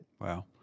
Wow